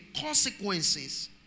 consequences